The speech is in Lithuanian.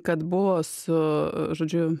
kad buvo su žodžiu